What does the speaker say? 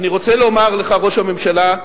אני רוצה לומר לך, ראש הממשלה: